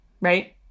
right